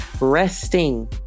resting